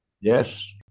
Yes